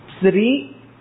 Sri